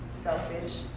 Selfish